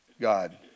God